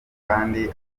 kandi